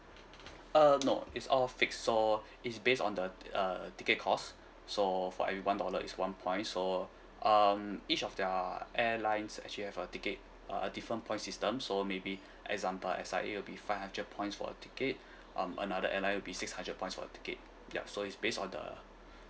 uh no it's all fixed so it's based on the uh ticket cost so for every one dollar is one point so um each of their airlines actually have a ticket uh different points system so maybe example S_I_A will be five hundred points for a ticket um another airline will be six hundred points for a ticket yup so it's based on the